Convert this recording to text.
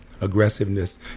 aggressiveness